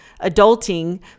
adulting